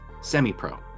Semi-Pro